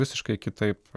visiškai kitaip